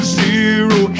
zero